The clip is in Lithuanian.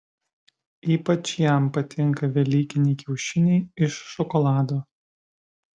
ypač jam patinka velykiniai kiaušiniai iš šokolado